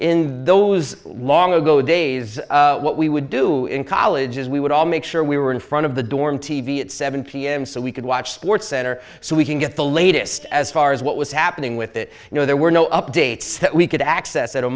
in those long ago days what we would do in college is we would all make sure we were in front of the dorm t v at seven pm so we could watch sports center so we can get the latest as far as what was happening with it you know there were no updates that we could access at a